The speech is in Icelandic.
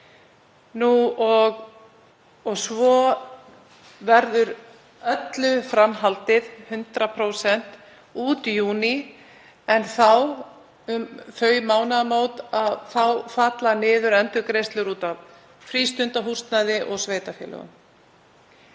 Og svo verður öllu fram haldið 100% út júní, en þá, um þau mánaðamót, falla niður endurgreiðslur út af frístundahúsnæði og sveitarfélögum.